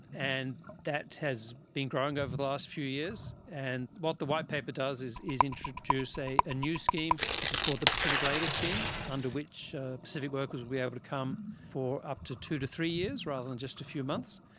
and that has been growing over the last few years. and what the white paper does is is introduce a a new scheme which is called the pacific labour scheme, under which pacific workers will be able to come for up to two to three years rather than just a few months,